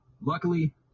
Luckily